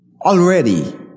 already